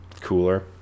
cooler